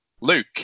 Luke